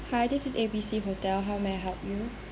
hi this is A B C hotel how may I help you